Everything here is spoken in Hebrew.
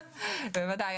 בוודאי.